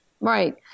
Right